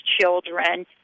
children